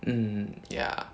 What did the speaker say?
mm ya